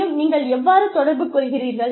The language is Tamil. மேலும் நீங்கள் எவ்வாறு தொடர்பு கொள்கிறீர்கள்